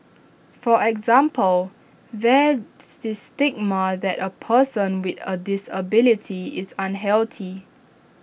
for example there's this stigma that A person with A disability is unhealthy